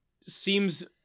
seems